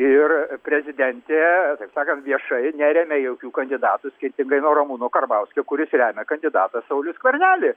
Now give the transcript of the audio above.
ir prezidentė taip sakant viešai neremia jokių kandidatų skirtingai nuo ramūno karbauskio kuris remia kandidatą saulių skvernelį